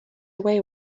away